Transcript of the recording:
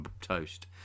toast